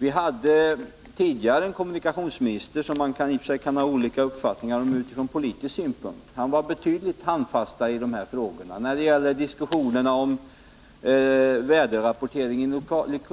Vi hade tidigare en kommunikationsminister som man i och för sig kan ha olika uppfattningar om men som var betydligt handfastare i den här typen av frågor. När det gällde diskussionerna om väderrapportering